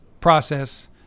process